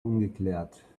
ungeklärt